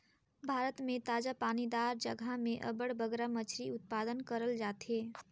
भारत में ताजा पानी दार जगहा में अब्बड़ बगरा मछरी उत्पादन करल जाथे